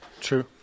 True